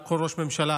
כל ראש ממשלה